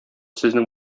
сезнең